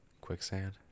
Quicksand